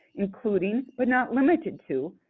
including but not limited to,